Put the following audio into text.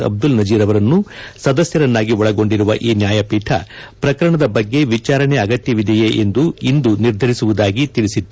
ಅಬ್ದುಲ್ ನಜೀರ್ ಅವರನ್ನು ಸದಸ್ಯರನ್ನಾಗಿ ಒಳಗೊಂಡಿರುವ ಈ ನ್ಯಾಯಪೀಠ ಪ್ರಕರಣದ ಬಗ್ಗೆ ವಿಚಾರಣೆ ಅಗತ್ಯವಿದೆಯೇ ಎಂದು ಇಂದು ನಿರ್ಧರಿಸುವುದಾಗಿ ತಿಳಿಸಿತ್ತು